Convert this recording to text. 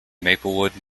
maplewood